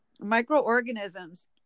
microorganisms